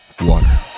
water